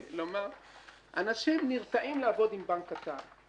אנשים נרתעים לעבוד עם בנק קטן.